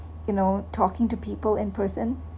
you know talking to people in person